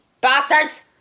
bastards